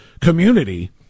community